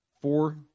four